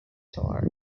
tour